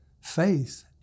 faith